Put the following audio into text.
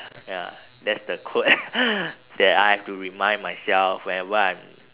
ya that's the quote that I have to remind myself whenever I'm